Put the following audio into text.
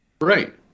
Right